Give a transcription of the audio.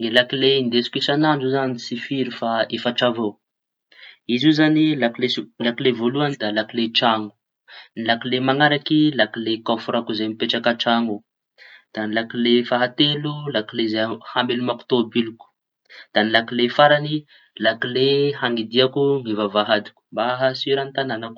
Ny lakile ndesiko isañandro zañy tsy firy fa efatra avao izy io zañy lakile so-. Ny lakile voalohañy lakile traño. Ny lakile mañaraky lakile kôfrako zay mipetraka an-traño ao. Da ny lakile fahatelo da ny lakile zay amelomako tômôbiliko. Da ny lakile farañy lakile hañidiako ny vavahadiko mba hahasiora ny tañàñako.